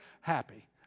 happy